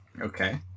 Okay